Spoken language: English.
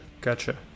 gotcha